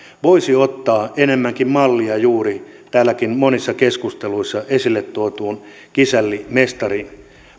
voisi ottaa enemmänkin mallia juuri täälläkin monissa keskusteluissa esille tuodusta kisälli mestari